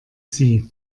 sie